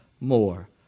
more